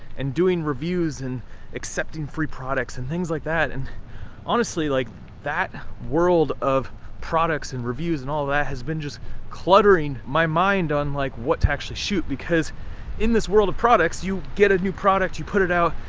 and doing reviews, and accepting free products and things like that, and honestly like that world of products, and reviews, and all that, has been just cluttering my mind, on like what to actually shoot. because in this world of products, you get a new product, you put it out,